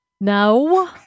no